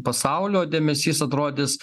pasaulio dėmesys atrodys